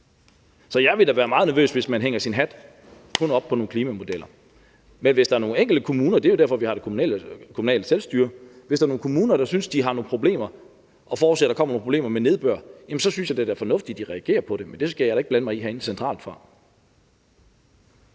så jeg vil da være meget nervøs, hvis man kun hænger sin hat op på nogle klimamodeller. Men hvis der er nogle enkelte kommuner – det er jo derfor, vi har det kommunale selvstyre – der synes, at de har nogle problemer, og forudser, at der kommer nogle problemer med nedbør, jamen så synes jeg da, det er fornuftigt, at de reagerer på det, men det skal jeg da ikke blande mig i centralt